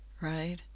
right